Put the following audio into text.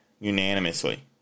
unanimously